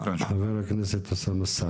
חבר הכנסת סעדי, בבקשה.